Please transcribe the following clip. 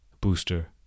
booster